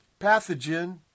pathogen